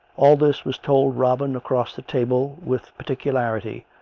all this was told robin across the table with par ticularity,